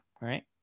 right